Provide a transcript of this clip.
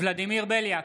ולדימיר בליאק,